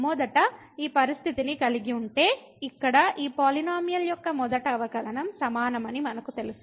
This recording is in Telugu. మొదట ఈ పరిస్థితిని కలిగి ఉంటే ఇక్కడ ఈ పాలినోమియల్యొక్క మొదటి అవకలనం సమానమని మనకు తెలుసు